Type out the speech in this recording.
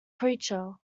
preacher